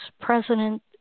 president